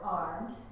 armed